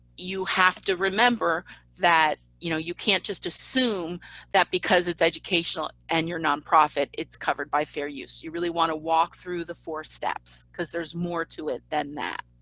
you have to remember that you know you can't just assume that because it's educational and you're nonprofit, it's covered by fair use. you really want to walk through the four steps because there's more to it than that.